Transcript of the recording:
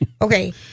Okay